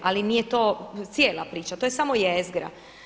Ali nije to cijela priča, to je samo jezgra.